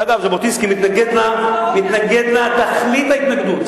אגב, ז'בוטינסקי מתנגד לה תכלית ההתנגדות.